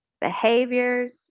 behaviors